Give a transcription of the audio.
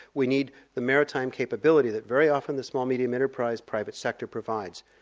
we need the maritime capability that very often the small-medium enterprise private sector provides.